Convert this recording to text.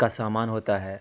کا سامان ہوتا ہے